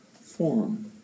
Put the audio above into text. form